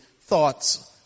thoughts